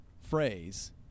phrase